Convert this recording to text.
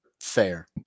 fair